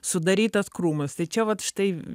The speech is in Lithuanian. sudarytas krūmas tai čia vat štai